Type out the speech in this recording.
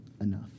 enough